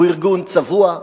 הוא ארגון צבוע,